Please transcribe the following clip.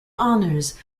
honours